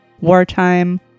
Wartime